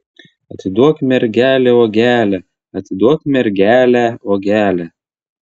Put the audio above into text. atiduok mergelę uogelę atiduok mergelę uogelę